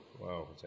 wow